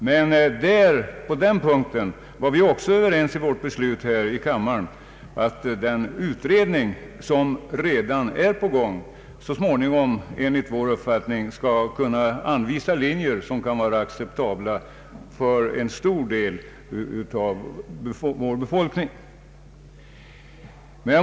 Vi har också varit överens i kammaren om att den utredning, som pågår, så småningom skall kunna anvisa linjer som kan stimulera till ett ökat hushållssparande.